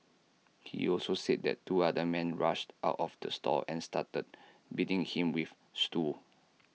he also said that two other men rushed out of the store and started beating him with stools